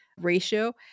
ratio